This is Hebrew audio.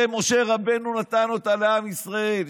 ומשה רבנו נתן אותה לעם ישראל.